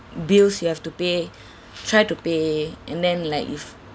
bills you have to pay try to pay and then like if